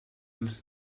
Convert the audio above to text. els